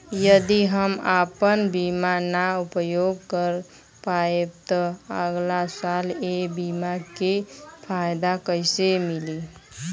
यदि हम आपन बीमा ना उपयोग कर पाएम त अगलासाल ए बीमा के फाइदा कइसे मिली?